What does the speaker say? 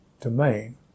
domain